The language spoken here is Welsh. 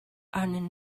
arnyn